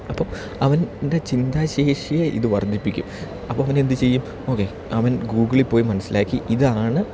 അപ്പം അവൻ്റെ ചിന്താശേഷിയെ ഇത് വർദ്ധിപ്പിക്കും അപ്പം അവനെന്ത് ചെയ്യും ഓക്കെ അവൻ ഗൂഗിളിൽ പോയി മനസ്സിലാക്കി ഇതാണ്